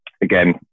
again